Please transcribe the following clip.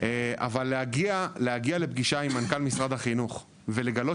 אבל להגיד לפגישה עם מנכ"ל משרד החינוך ולגלות